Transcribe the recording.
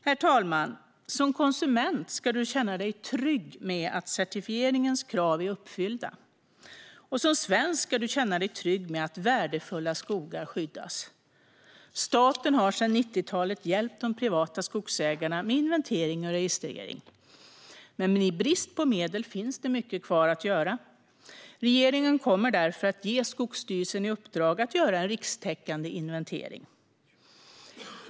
Herr talman! Som konsument ska du känna dig trygg med att certifieringens krav är uppfyllda. Som svensk ska du känna dig trygg med att värdefulla skogar skyddas. Staten har sedan 90-talet hjälpt de privata skogsägarna med inventering och registrering, men i brist på medel finns mycket kvar att göra. Regeringen kommer därför att ge Skogsstyrelsen i uppdrag att göra en rikstäckande inventering.